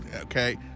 okay